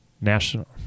National